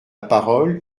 parole